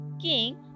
King